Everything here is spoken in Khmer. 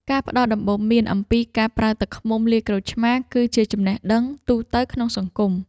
ការផ្តល់ដំបូន្មានអំពីការប្រើទឹកឃ្មុំលាយក្រូចឆ្មារ គឺជាចំណេះដឹងទូទៅក្នុងសង្គម។